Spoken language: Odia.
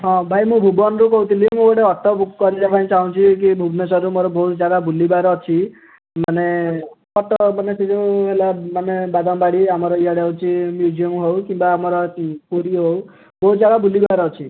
ହଁ ଭାଇ ମୁଁ ଭୁବନରୁ କହୁଥିଲି ମୁଁ ଗୋଟେ ଅଟୋ ବୁକ୍ କରିବା ପାଇଁ ଚାହୁଁଛି କି ଭୁବନେଶ୍ୱରରେ ମୋର ବହୁତ ଜାଗା ବୁଲିବାର ଅଛି ମାନେ ଅଟୋ ମାନେ ସେ ଯେଉଁ ହେଲା ମାନେ ବାଦାମବାଡ଼ି ଆମର ଇଆଡ଼େ ଅଛି ମ୍ୟୁଜିୟମ୍ ହେଉ କିମ୍ବା ଆମର ପୁରୀ ହେଉ ବହୁତ ଜାଗା ବୁଲିବାର ଅଛି